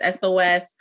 SOS